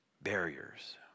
barriers